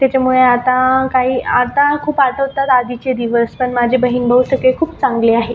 त्याच्यामुळे आता काही आता खूप आठवतात आधीचे दिवस पण माझे बहीण भाऊ सगळे खूप चांगले आहे